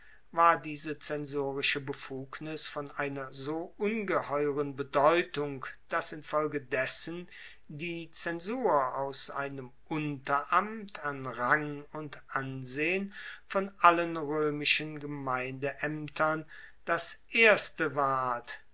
war diese zensorische befugnis von einer so ungeheuren bedeutung dass infolge dessen die zensur aus einem unteramt an rang und ansehen von allen roemischen gemeindeaemtern das erste ward